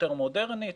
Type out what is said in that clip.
יותר מודרנית